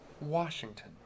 Washington